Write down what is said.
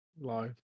live